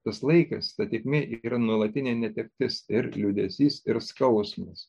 tas laikas ta tėkmė yra nuolatinė netektis ir liūdesys ir skausmas